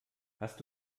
hast